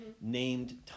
named